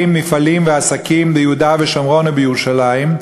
מפעלים ועסקים ביהודה ושומרון ובירושלים,